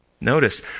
Notice